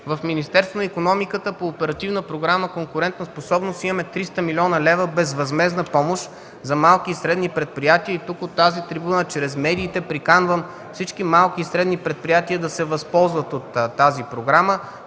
В Министерство на икономиката по Оперативна програма „Конкурентоспособност” имаме 300 млн. лв. безвъзмездна помощ за малки и средни предприятия. Тук, от тази трибуна чрез медиите приканвам всички малки и средни предприятия да се възползват от тази програма.